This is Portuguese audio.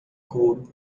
couro